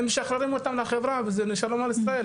הם משחררים אותם לחברה ושלום על ישראל,